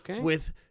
with-